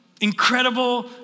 incredible